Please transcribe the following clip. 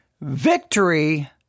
Victory